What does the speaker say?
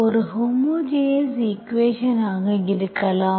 ஒரு homogeneous equations ஆக இருக்கலாம்